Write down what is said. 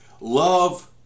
Love